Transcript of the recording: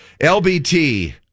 LBT